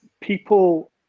people